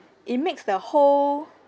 it makes the whole